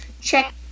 Check